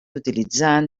utilitzant